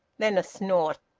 then a snort.